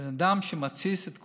בן אדם שמתסיס את כולם,